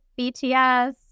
BTS